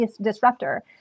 disruptor